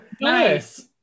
Nice